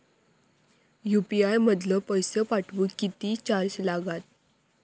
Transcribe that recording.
UPI मधलो पैसो पाठवुक किती चार्ज लागात?